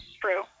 true